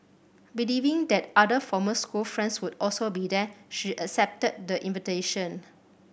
believing that other former school friends would also be there she accepted the invitation